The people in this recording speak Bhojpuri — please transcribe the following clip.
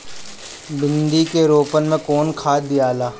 भिंदी के रोपन मे कौन खाद दियाला?